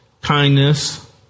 kindness